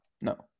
no